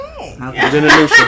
Okay